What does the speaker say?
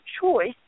choice